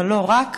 אבל לא רק.